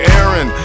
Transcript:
Aaron